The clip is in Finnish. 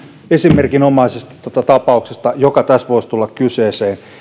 esimerkinomaisesti tapauksesta joka tässä voisi tulla kyseeseen